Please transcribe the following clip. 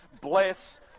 bless